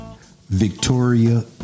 Victoria